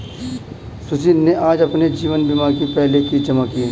सुशील ने आज अपने जीवन बीमा की पहली किश्त जमा की